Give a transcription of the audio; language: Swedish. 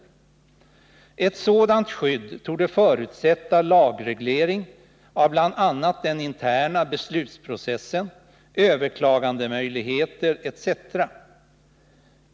Ett sådant skydd torde förutsätta lagreglering av bl.a. den interna beslutsprocessen, överklagandemöjligheter etc.